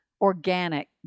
organic